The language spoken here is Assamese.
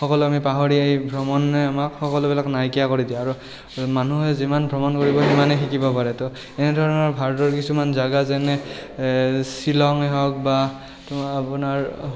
সকলো আমি পাহৰি আহি ভ্ৰমণে আমাক সকলোবিলাক নাইকিয়া কৰি দিয়ে আৰু মানুহে যিমান ভ্ৰমণ কৰিব সিমানে শিকিব পাৰে তো এনেধৰণৰ ভাৰতৰ কিছুমান জেগা যেনে এ শ্বিলং হওক বা আপোনাৰ